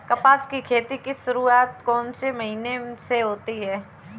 कपास की खेती की शुरुआत कौन से महीने से होती है?